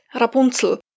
Rapunzel